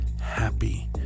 happy